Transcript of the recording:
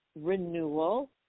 renewal